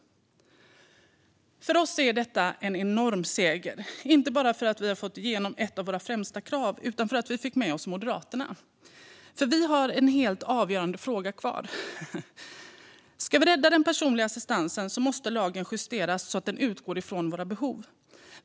För oss är detta en enorm seger, inte bara för att vi har fått igenom ett av våra främsta krav utan också för att vi fick med oss Moderaterna. Vi har en helt avgörande fråga kvar. Ska vi rädda den personliga assistansen måste lagen justeras så att den utgår från våra behov.